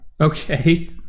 Okay